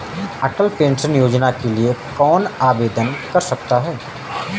अटल pension Yojana के लिए कौन आवेदन कर सकता है?